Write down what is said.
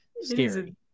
scary